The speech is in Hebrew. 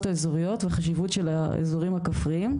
האזוריות והחשיבות של האזורים הכפריים.